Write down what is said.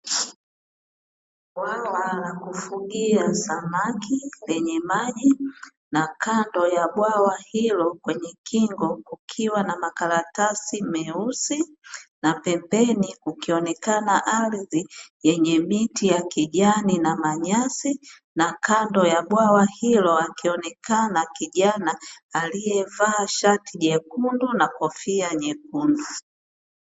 Bwawa la kufugia samaki lenye maji na kando ya bwawa hilo kwenye kingo kukiwa na makaratasi meusi, na pembeni kukionekana ardhi yenye miti ya kijani na manyasi; na kando ya bwawa hilo akionekana kijana aliyevaa aliyevaa shati jekundu na kofia nyekundu.